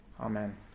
amen